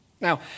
now